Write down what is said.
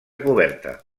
coberta